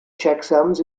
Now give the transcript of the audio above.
checksums